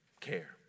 care